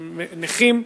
הם נכים.